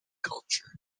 culture